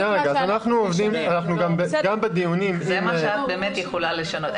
גם בדיונים --- זה מה שאת באמת יכולה לשנות.